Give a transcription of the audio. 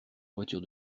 voiture